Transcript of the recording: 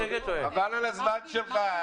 חבל על הזמן שלך.